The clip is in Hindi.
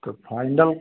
तो फाइनल